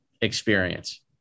experience